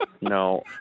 No